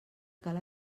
cal